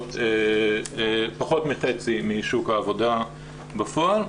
מהוות פחות מחצי משוק העבודה בפועל.